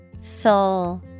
Soul